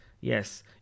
yes